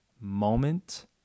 moment